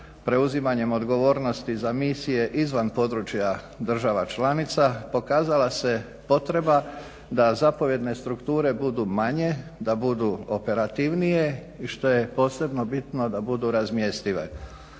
preuzimanjem odgovornosti za misije izvan područja država članica pokazala se potreba da zapovjedne strukture budu manje, da budu operativnije i što je posebno bitno da budu razmjestive.